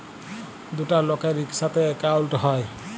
দুটা লকের ইকসাথে একাউল্ট হ্যয়